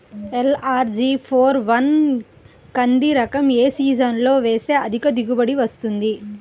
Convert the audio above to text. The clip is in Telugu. ఎల్.అర్.జి ఫోర్ వన్ కంది రకం ఏ సీజన్లో వేస్తె అధిక దిగుబడి వస్తుంది?